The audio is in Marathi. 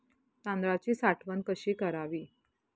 तांदळाची साठवण कशी करावी?